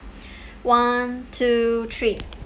one two three